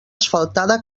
asfaltada